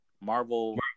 Marvel